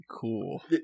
cool